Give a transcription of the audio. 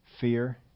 fear